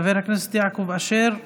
חבר הכנסת יעקב אשר,